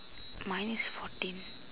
mine is fourteen